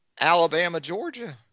Alabama-Georgia